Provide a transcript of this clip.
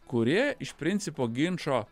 kurie iš principo ginčo